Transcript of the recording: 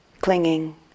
clinging